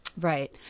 Right